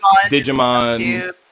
digimon